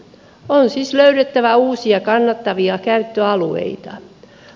on siis löydettävä uusia kannattavia käyttöalueita